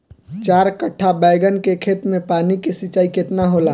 चार कट्ठा बैंगन के खेत में पानी के सिंचाई केतना होला?